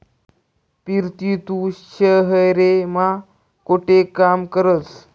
पिरती तू शहेर मा कोठे काम करस?